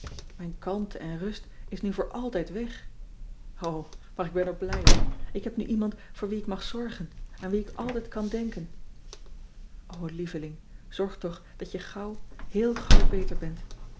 ijn kalmte en rust is nu voor altijd weg maar ik ben er blij om ik heb nu iemand voor wien ik mag zorgen aan wien ik altijd kan denken lieveling zorg toch dat je gauw heel gauw beter bent